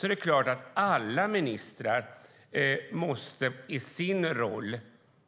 Det är klart att alla ministrar i sin roll måste